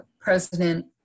President